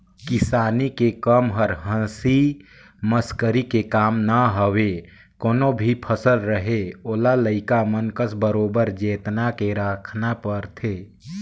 किसानी के कम हर हंसी मसकरी के काम न हवे कोनो भी फसल रहें ओला लइका मन कस बरोबर जेतना के राखना परथे